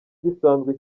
gisanzwe